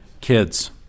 Kids